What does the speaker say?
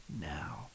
now